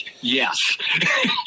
yes